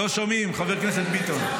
לא שומעים, חבר הכנסת ביטון.